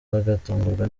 bagatungurwa